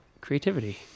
creativity